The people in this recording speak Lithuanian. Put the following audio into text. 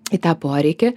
į tą poreikį